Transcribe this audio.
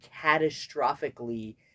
catastrophically